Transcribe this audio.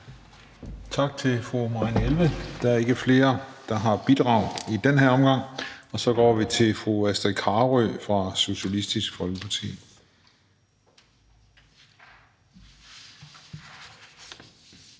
Tak til fru Marianne Jelved. Der er ikke flere, der har bidrag i den her omgang. Så går vi over til fru Astrid Carøe fra Socialistisk Folkeparti.